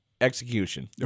Execution